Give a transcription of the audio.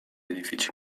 edifici